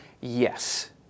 yes